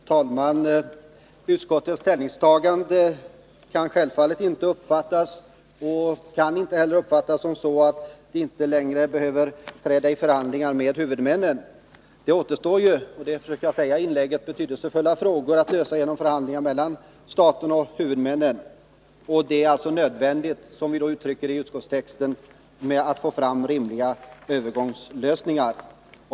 Herr talman! Utskottets ställningstagande skall självfallet inte, och kan inte heller, uppfattas så att vi inte längre behöver träda i förhandlingar med huvudmännen. Det återstår — vilket jag försökte säga i mitt första inlägg — betydelsefulla frågor att lösa genom förhandlingen mellan staten och huvudmännen. Det är, som vi uttrycker det i utskottsbetänkandet, nödvändigt att få fram rimliga övergångslösningar.